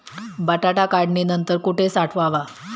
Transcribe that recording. बटाटा काढणी नंतर कुठे साठवावा?